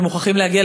ומוכרחים להגיע,